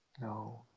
No